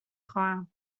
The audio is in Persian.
خواهم